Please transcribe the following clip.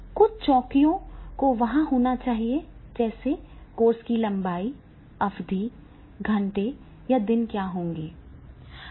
कुछ चौकियों को वहां होना चाहिए जैसे कोर्स की लंबाई अवधि घंटे या दिन क्या होंगे